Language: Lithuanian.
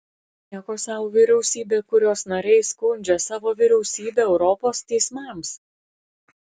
nieko sau vyriausybė kurios nariai skundžia savo vyriausybę europos teismams